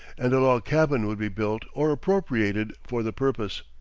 and a log-cabin would be built or appropriated for the purpose.